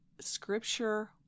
scripture